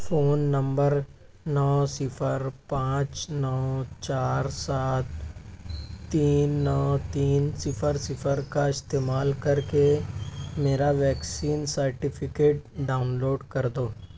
phone number نو صفر پانچ نو چار سات تین نو تین صفر صفر کا استعمال کر کے میرا ویکسین سرٹیفکیٹ ڈاؤن لوڈ کر دو